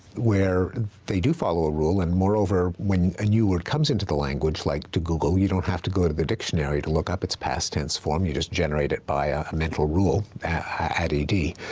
where they do follow a rule and, moreover, when a new word comes into the language, like to google, you don't have to go to the dictionary to look up its past tense form. you just generate it by a mental rule, add e d.